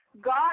God